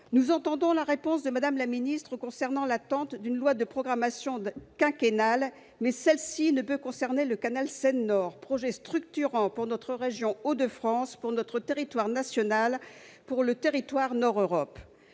Nous entendons la réponse de Mme la ministre concernant l'attente d'une loi de programmation quinquennale, mais celle-ci ne peut concerner le canal Seine Nord, projet structurant pour notre région Hauts-de-France, pour notre territoire national ainsi que pour le territoire Nord Europe.